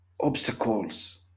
obstacles